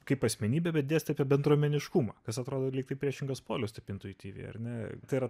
kaip asmenybė bet dėstai apie bendruomeniškumą kas atrodo lyg tai priešingas polius taip intuityviai ar ne tai yra